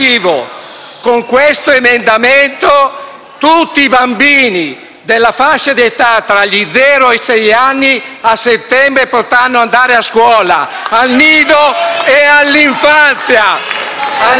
Con questo emendamento tutti i bambini della fascia di età tra zero e sei anni a settembre potranno andare a scuola, al nido e all'infanzia.